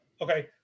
Okay